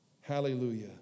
Hallelujah